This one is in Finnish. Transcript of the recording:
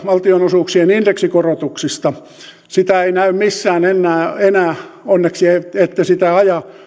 valtionosuuksien indeksikorotuksista sitä ei näy missään enää enää onneksi ette sitä aja